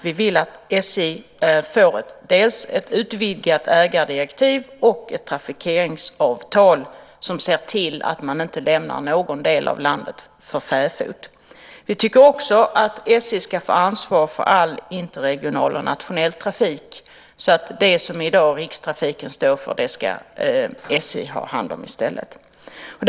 Vi vill att SJ får dels ett utvidgat ägardirektiv, dels ett trafikeringsavtal som ser till att man inte lämnar någon del av landet för fäfot. Vi tycker också att SJ ska få ansvar för all interregional och nationell trafik, så att SJ ska ha hand om det som Rikstrafiken i dag står för.